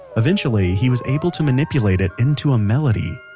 eventually he was able to manipulate it into a melody.